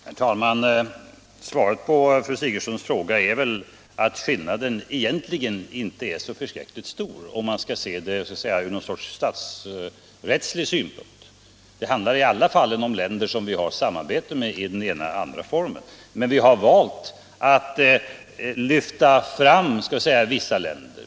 Herr talman! Svaret på fru Sigurdsens fråga är att skillnaden egentligen inte är så stor om man ser den från statsrättslig synpunkt. Det. handlar i samtliga fall om länder som vi har samarbete med i den ena eller andra formen. Men vi har valt att lyfta fram vissa länder.